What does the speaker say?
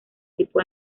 tipo